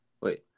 wait